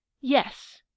yes